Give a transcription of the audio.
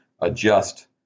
adjust